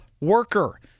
worker